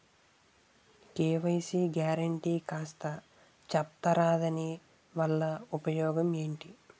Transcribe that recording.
KYC guarantee కాస్త చెప్తారాదాని వల్ల ఉపయోగం ఎంటి?